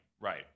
right